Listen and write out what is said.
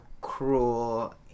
cruel